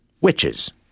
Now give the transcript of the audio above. witches